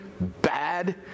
bad